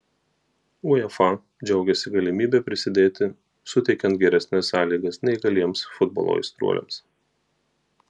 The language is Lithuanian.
uefa džiaugiasi galimybe prisidėti suteikiant geresnes sąlygas neįgaliems futbolo aistruoliams